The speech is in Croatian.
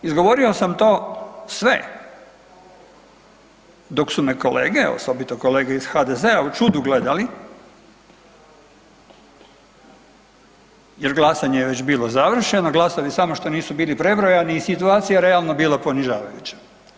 Izgovorio sam to sve dok su me kolege, osobito kolege iz HDZ-a u čudu gledali, jer glasanje je već bilo završeno, glasovi samo što nisu bili prebrojani i situacija realno bila ponižavajuća.